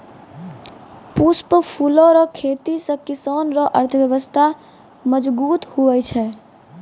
पुष्प फूलो रो खेती से किसान रो अर्थव्यबस्था मजगुत हुवै छै